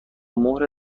مهر